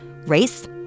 race